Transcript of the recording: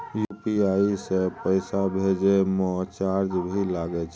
UPI से पैसा भेजै म चार्ज भी लागे छै?